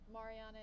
Mariana